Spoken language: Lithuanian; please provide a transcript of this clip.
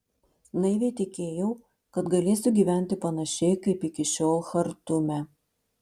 naiviai tikėjau kad galėsiu gyventi panašiai kaip iki šiol chartume